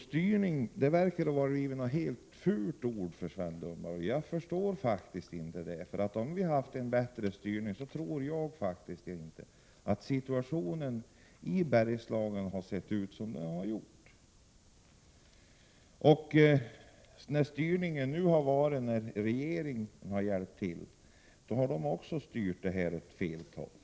Styrning verkar ha blivit ett fult ord för Sven Lundberg, och det förstår jag inte. Om styrningen hade varit bättre tror jag inte att situationen i Bergslagen hade sett ut som den gör. När regeringen har hjälpt till har den styrt utvecklingen åt fel håll.